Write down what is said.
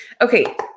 Okay